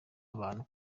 abantu